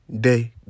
day